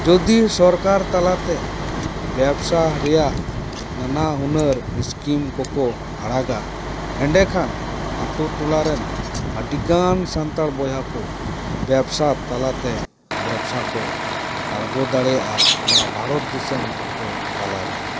ᱡᱚᱫᱤ ᱥᱚᱨᱠᱟᱨ ᱛᱟᱞᱟᱛᱮ ᱵᱮᱵᱽᱥᱟ ᱨᱮᱭᱟᱜ ᱱᱟᱱᱟ ᱦᱩᱱᱟᱹᱨ ᱤᱥᱠᱤᱢ ᱠᱚᱠᱚ ᱟᱲᱟᱜᱟ ᱮᱸᱰᱮᱠᱷᱟᱱ ᱟᱛᱳ ᱴᱚᱞᱟ ᱨᱮᱱ ᱟᱹᱰᱤ ᱜᱟᱱ ᱥᱟᱱᱛᱟᱲ ᱵᱚᱭᱦᱟ ᱠᱚ ᱵᱮᱵᱽᱥᱟ ᱛᱟᱞᱟᱛᱮ ᱵᱮᱵᱽᱥᱟ ᱠᱚ ᱟᱲᱜᱚ ᱫᱟᱲᱮᱭᱟᱜᱼᱟ ᱱᱚᱣᱟ ᱵᱷᱟᱨᱚᱛ ᱫᱤᱥᱚᱢ ᱟᱛᱳ ᱛᱟᱞᱟᱨᱮ